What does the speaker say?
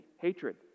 hatred